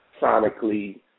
sonically